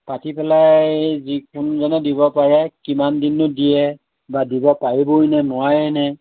পাতি পেলাই যি কোনজনে দিব পাৰে কিমান দিননো দিয়ে বা দিব পাৰিবই নে নোৱাৰেই নে